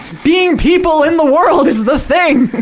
being people in the world is the thing!